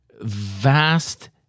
vast